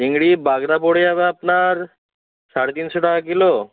চিংড়ি বাগদা পড়ে যাবে আপনার সাড়ে তিনশো টাকা কিলো